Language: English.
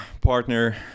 partner